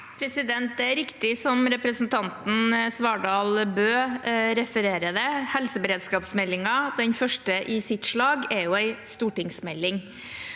slik som representanten Svardal Bøe refererer det. Helseberedskapsmeldingen – den første i sitt slag – er jo en stortingsmelding,